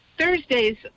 Thursdays